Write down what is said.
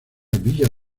villa